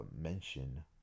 mention